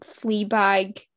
Fleabag